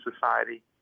society